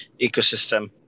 ecosystem